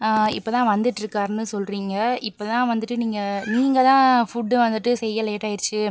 இப்போ தான் வந்துட்டுருக்காருன்னு சொல்கிறீங்க இப்போ தான் வந்துட்டு நீங்கள் நீங்கள் தான் ஃபுட்டை வந்துட்டு செய்ய லேட்டாயிருச்சி